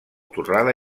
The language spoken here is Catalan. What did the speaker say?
torrada